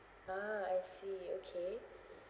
ah I see okay